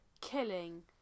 killing